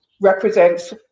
represents